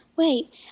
Wait